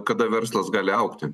kada verslas gali augti